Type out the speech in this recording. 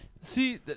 See –